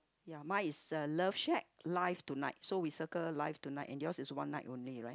ya mine is a love shack live tonight so we circle live tonight and yours is one night only right